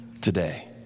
today